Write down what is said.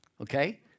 okay